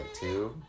two